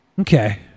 Okay